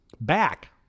back